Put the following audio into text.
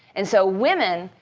and so women,